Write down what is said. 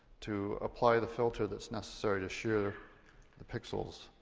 to apply the filter that's necessary to shear the pixels.